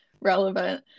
relevant